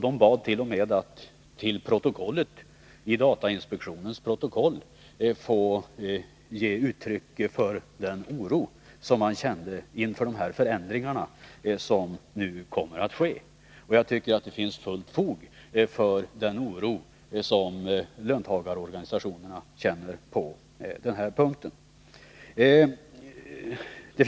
De bad t.o.m. att i datainspektionens protokoll få ge uttryck för den oro som de känner inför de förändringar som nu kommer att ske. Och jag tycker att det finns fullt fog för den oro som löntagarorganisationerna på den här punkten känner.